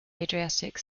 adriatic